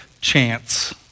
chance